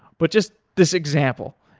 but just this example.